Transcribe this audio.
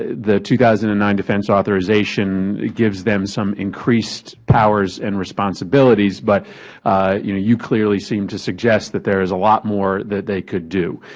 the two thousand and nine defense authorization gives them some increased powers and responsibilities. but you clearly seem to suggest that there is a lot more that they could do.